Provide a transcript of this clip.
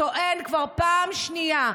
וטוען כבר פעם שנייה,